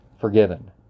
forgiven